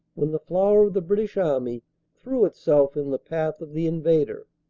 when the flower of the british army threw itself in the path of the invader,